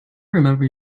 remember